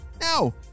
now